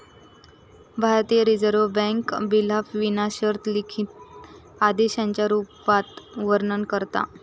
भारतीय reserve bank बिलाक विना शर्त लिखित आदेशाच्या रुपात वर्णन करता